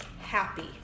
happy